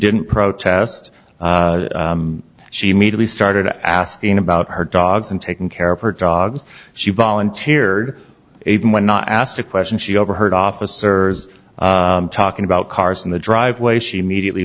didn't protest she me to be started asking about her dogs and taking care of her dogs she volunteered even when not asked a question she overheard officers talking about cars in the driveway she immediately